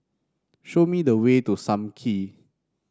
show me the way to Sam Kee